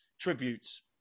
tributes